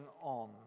on